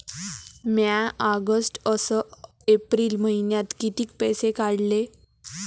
म्या ऑगस्ट अस एप्रिल मइन्यात कितीक पैसे काढले?